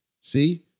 see